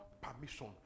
permission